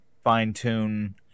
fine-tune